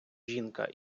жінка